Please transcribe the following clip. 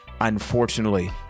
unfortunately